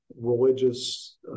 religious